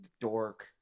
dork